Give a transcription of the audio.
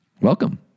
Welcome